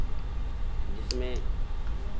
जिसमें